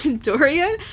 Dorian